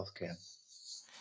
healthcare